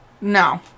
No